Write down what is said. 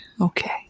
Okay